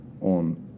on